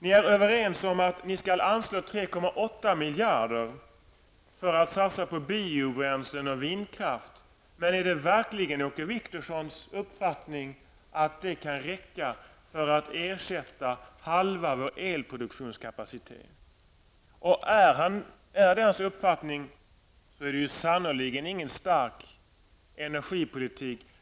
Ni är överens om att 3,8 miljarder skall anslås till satsningar på biobränslen och vindkraft. Men är det verkligen Åke Wictorssons uppfattning att det kan räcka för att ersätta halva vår elproduktionskapacitet? Om det är Åke Wictorssons uppfattning är det sannerligen inte någon stark energipolitik.